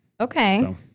Okay